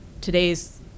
today's